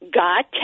got